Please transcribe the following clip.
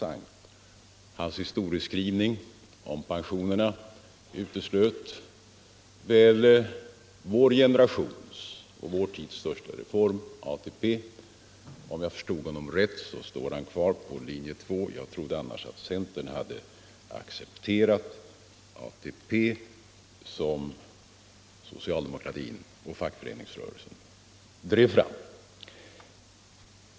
65 Hans historieskrivning om pensionsfrågan uteslöt bl.a. vår generations och vår tids största reform ATP. Om jag förstod honom rätt står han kvar på linje två. Jag trodde annars att centern hade accepterat ATP reformen, som socialdemokratin och fackföreningsrörelsen drev fram.